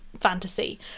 fantasy